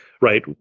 right